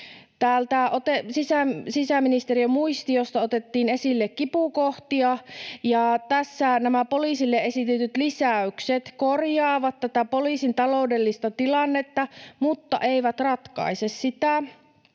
täältä sisäministeriön muistiosta otettiin esille kipukohtia, ja tässä nämä poliisille esitetyt lisäykset korjaavat tätä poliisin taloudellista tilannetta mutta eivät ratkaise sitä.